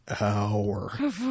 hour